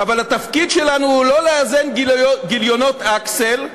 אבל התפקיד שלנו הוא לא לאזן גיליונות "אקסל"